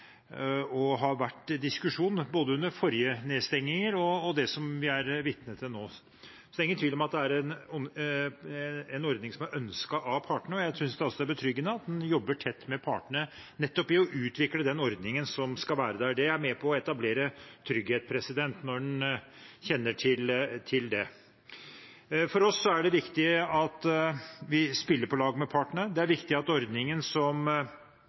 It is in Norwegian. lønnsstøtteordning har vært etterspurt, og det har vært diskusjon om dette både under forrige nedstengning og i det som vi er vitne til nå. Så det er ingen tvil om at det er en ordning som er ønsket av partene. Jeg synes også det er betryggende at en jobber tett med partene i å utvikle den ordningen som skal være der. Det er med på å etablere trygghet når en kjenner til det. For oss er det viktig at vi spiller på lag med partene. Det er viktig at ordningen som